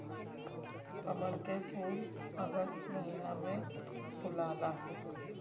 कमल के फूल अगस्त महिना में फुलाला